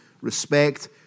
respect